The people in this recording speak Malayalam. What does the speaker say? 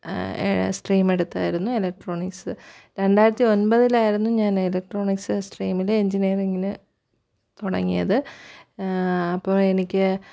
സ്ട്രീം എടുത്തായിരുന്നു എലക്ട്രോണിക്സ് രണ്ടായിരത്തി ഒൻപതിലായിരുന്നു ഞാൻ എലക്ട്രോണിക്സ് സ്ട്രീമില് എഞ്ചിനിയറിംഗില് തുടങ്ങിയത് അപ്പോള് എനിക്ക്